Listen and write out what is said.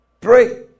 Pray